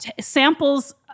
samples